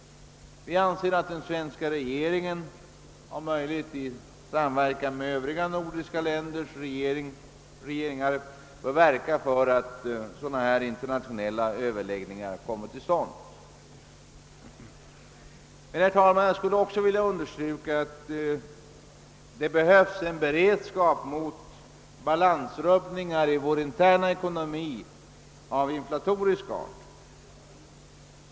Vi anser att den svenska regeringen, om möjligt i samverkan med de övriga nor diska ländernas regeringar, bör verka för att sådana internationella överläggningar kommer till stånd. Men, herr talman, jag vill också understryka att det behövs en beredskap mot balansrubbningar av inflatorisk art i vår interna ekonomi.